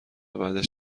بعدش